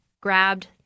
grabbed